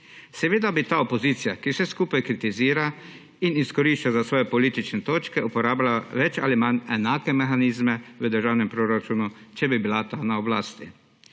Seveda bi ta opozicija, ki vse skupaj kritizira in izkorišča za svoje politične točke, uporabila bolj ali manj enake mehanizme v državnem proračunu, če bi bila ta na oblasti.